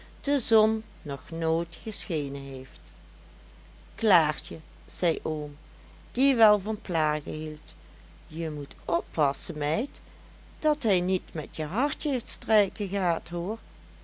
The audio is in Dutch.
de zon nog nooit geschenen heeft klaartje zei oom die wel van plagen hield je moet oppassen meid dat hij niet met je hartje strijken gaat hoor